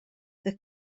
the